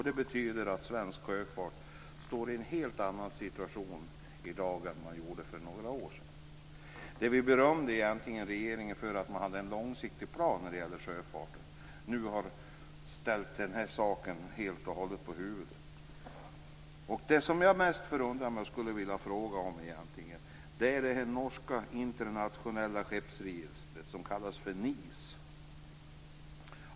Det betyder att svensk sjöfart står i en helt annan situation i dag än vad den gjorde för några år sedan. Vi berömde regeringen för att den hade en långsiktig plan för sjöfarten. Nu ställs den helt och hållet på huvudet. Det som jag mest förundrar mig över och som jag skulle vilja fråga om är det norska internationella skeppsregister som kallas för NIS.